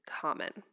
common